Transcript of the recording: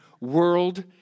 world